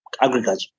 agriculture